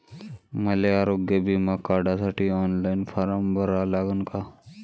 मले आरोग्य बिमा काढासाठी ऑनलाईन फारम भरा लागन का?